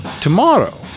tomorrow